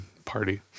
party